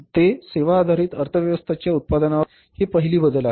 ते सेवा आधारित अर्थव्यवस्थेच्या उत्पादनावर आधारित बदलण्यासारखे आहेत हा पहिला बदल आहे